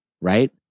right